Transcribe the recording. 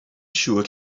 siŵr